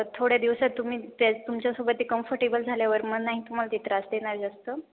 थोड्या दिवसात तुम्ही त्या तुमच्यासोबत ते कम्फर्टेबल झाल्यावर मग नाही तुम्हाला ते त्रास देणार जास्त